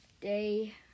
day